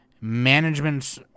management